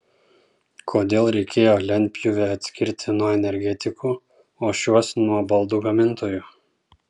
kodėl reikėjo lentpjūvę atskirti nuo energetikų o šiuos nuo baldų gamintojų